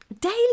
Daily